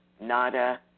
nada